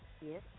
Yes